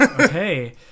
Okay